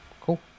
Cool